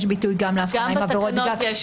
יש ביטוי לעבירות --- גם בתקנות יש.